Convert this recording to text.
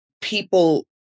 people